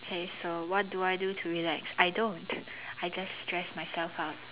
okay so what do I do to relax I don't I just stress myself out